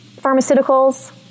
pharmaceuticals